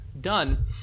done